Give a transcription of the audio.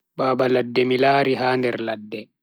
Baba ladde mi lari ha nder ladde.